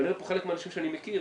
אני רואה פה חלק מהאנשים שאני מכיר,